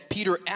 Peter